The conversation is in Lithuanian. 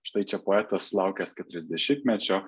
štai čia poetas sulaukęs keturiasdešimtmečio